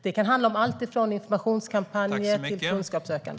Det kan handla om allt från informationskampanjer till kunskapssökande.